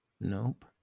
Nope